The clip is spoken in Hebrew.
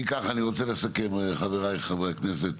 אם כך אני רוצה לסכם חבריי חברי הכנסת.